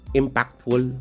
impactful